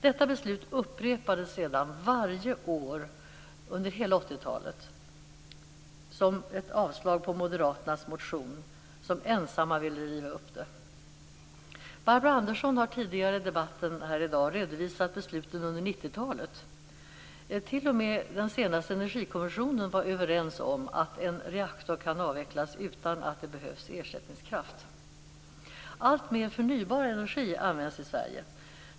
Detta beslut upprepades sedan varje år under hela 80-talet - med avslag på moderaternas motion; moderaterna var ju ensamma om att vilja riva upp beslutet. Barbro Andersson har i debatten tidigare i dag redovisat besluten under 90-talet. T.o.m. i den senaste energikommissionen var man överens om att en reaktor kan avvecklas utan att det behövs ersättningskraft. Alltmer förnybar energi används i Sverige.